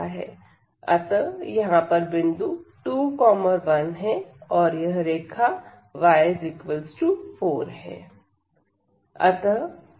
अतः यहां पर बिंदु 2 1 हैं और रेखा y 4 है